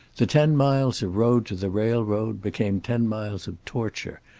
the ten miles of road to the railroad became ten miles of torture,